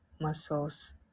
muscles